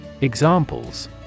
Examples